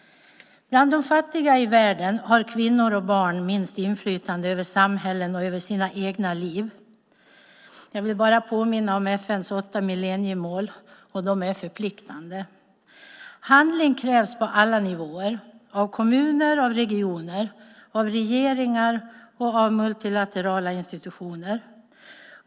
Bland de fattiga i världen har kvinnor och barn minst inflytande över samhällen och över sina egna liv. Jag vill påminna om FN:s åtta millenniemål som är förpliktande. Handling krävs på alla nivåer, av kommuner, av regioner, av regeringar och av multilaterala institutioner.